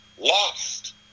Lost